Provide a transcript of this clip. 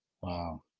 wow